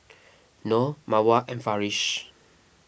Noh Mawar and Farish